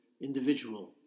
individual